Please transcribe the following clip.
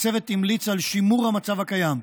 הצוות המליץ על שימור המצב הקיים,